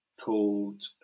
called